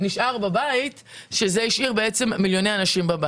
נשאר בבית וזה השאיר בבית מיליוני אנשים.